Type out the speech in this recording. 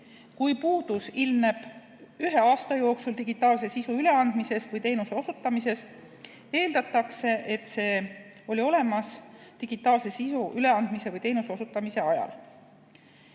Kui puudus ilmneb ühe aasta jooksul digitaalse sisu üleandmisest või teenuse osutamisest, eeldatakse, et see oli olemas digitaalse sisu üleandmise või teenuse osutamise ajal.